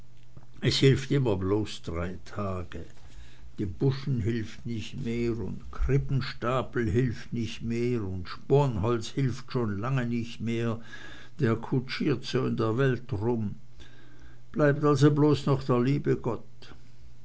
es hilft immer bloß drei tage die buschen hilft nicht mehr und krippenstapel hilft nicht mehr und sponholz hilft schon lange nicht mehr der kutschiert so in der welt rum bleibt also bloß noch der liebe gott